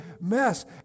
mess